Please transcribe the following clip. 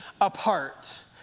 apart